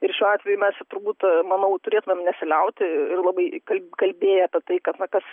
ir šiuo atveju mes čia turbūt manau turėtumėm nesiliauti ir labai kal kalbėt apie tai kad na kas